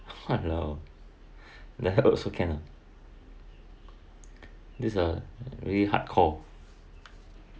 !walao! that also can ah this a really hardcore